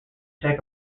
tech